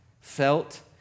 felt